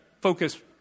focus